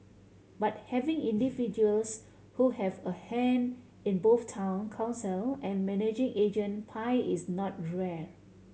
but having individuals who have a hand in both Town Council and managing agent pie is not rare